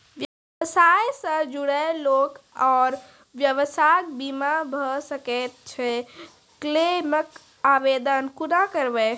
व्यवसाय सॅ जुड़ल लोक आर व्यवसायक बीमा भऽ सकैत छै? क्लेमक आवेदन कुना करवै?